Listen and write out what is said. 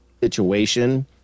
situation